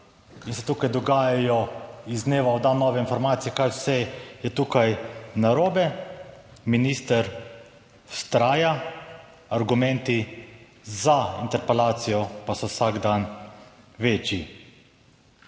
in se tukaj dogajajo iz dneva v dan nove informacije kaj vse je tukaj narobe, minister vztraja, argumenti za interpelacijo pa so vsak dan večji.